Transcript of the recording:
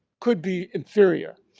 could be inferior.